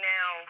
Now